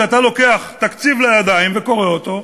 כשאתה לוקח תקציב לידיים וקורא אותו,